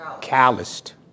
calloused